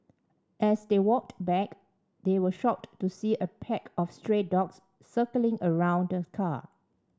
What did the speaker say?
as they walked back they were shocked to see a pack of stray dogs circling around the car